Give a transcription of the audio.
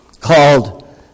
called